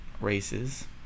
races